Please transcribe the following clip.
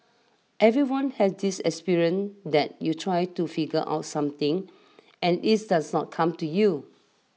everyone has this experience that you try to figure out something and its does not come to you